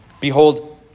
Behold